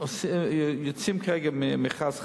יוצאים כרגע במכרז חדש,